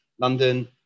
London